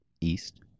East